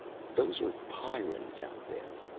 those are pyrrans out there.